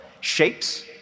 shapes